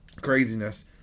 Craziness